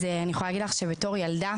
אז אני יכולה להגיד לך שבתור ילדה,